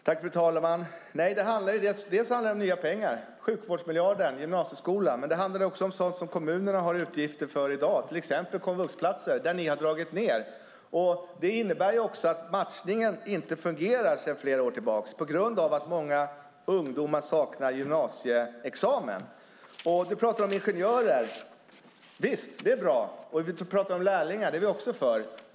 Fru talman! Nej, det handlar om nya pengar, till exempel till sjukvårdsmiljarden och till gymnasieskolan. Det handlar också om sådant som kommunerna har utgifter för i dag, till exempel komvuxplatser. Där har ni dragit ned. Det innebär också att matchningen inte fungerar sedan flera år tillbaka på grund av att många ungdomar saknar gymnasieexamen. Du pratar om ingenjörer. Det är bra. Du pratar om lärlingar, och det är vi också för.